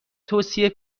توصیه